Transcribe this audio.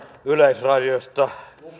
yleisradiosta